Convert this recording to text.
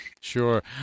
sure